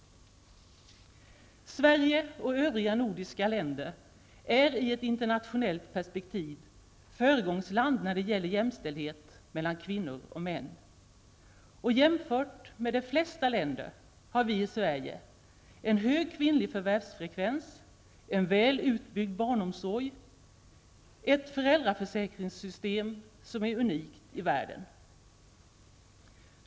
Sverige och övriga nordiska länder är i ett internationellt perspektiv föregångsländer när det gäller jämställdhet mellan kvinnor och män. Jämfört med de flesta länder har vi i Sverige en hög kvinnlig förvärvsfrekvens, en väl utbyggd barnomsorg, ett föräldrarförsäkringssystem som är unikt i världen.